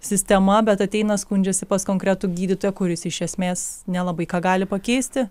sistema bet ateina skundžiasi pas konkretų gydytoją kuris iš esmės nelabai ką gali pakeisti